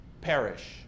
perish